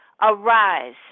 Arise